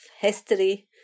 history